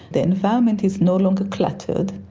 the environment is no longer cluttered,